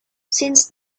since